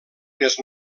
més